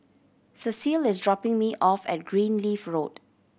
Cecil is dropping me off at Greenleaf Road